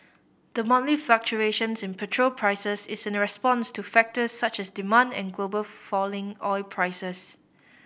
the monthly fluctuations in petrol prices is in response to factors such as demand and global falling oil prices